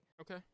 Okay